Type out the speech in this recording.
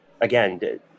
again